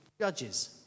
judges